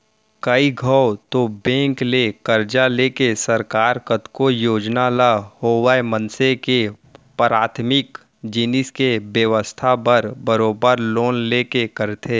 कइ घौं तो बेंक ले करजा लेके सरकार कतको योजना ल होवय मनसे के पराथमिक जिनिस के बेवस्था बर बरोबर लोन लेके करथे